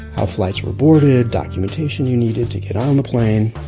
how flights were boarded, documentation you needed to get on the plane.